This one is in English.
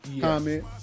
comment